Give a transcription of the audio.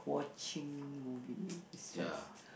ya